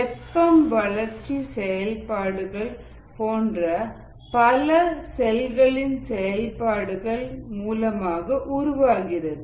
வெப்பம் வளர்ச்சி செயல்பாடுகள் போன்ற பல செல்களின் செயல்பாடுகள் மூலமாக உருவாகிறது